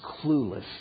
clueless